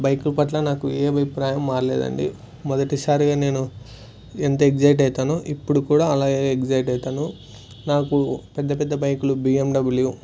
బైకులు పట్ల నాకు ఏ అభిప్రాయం మారలేదు అండి మొదటిసారిగా నేను ఎంత ఎక్సైట్ అవుతాను ఇప్పుడు కూడా అలాగ ఎక్సైట్ అవుతాను నాకు పెద్ద పెద్ద బైకులు బిఎమ్డబ్ల్యూ